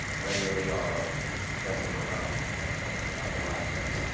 whether they are present or not, again, thinking about a live event,